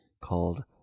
called